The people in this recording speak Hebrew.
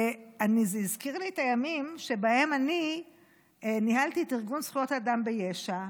זה הזכיר לי את הימים שבהם אני ניהלתי את ארגון זכויות האדם ביש"ע,